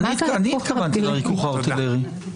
אני התכוונתי לריכוך ארטילרי.